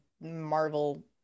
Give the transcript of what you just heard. Marvel